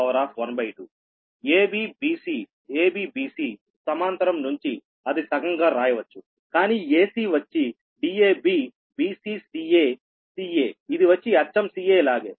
abbc abbc సమాంతరం నుంచి అది సగం గా రాయవచ్చు కానీ ac వచ్చి Dab bccaca ఇది వచ్చి అచ్చం ca లాగే